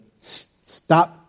stop